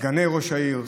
סגני ראש העירייה,